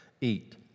eat